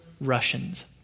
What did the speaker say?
Russians